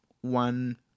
one